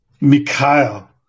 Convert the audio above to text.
mikhail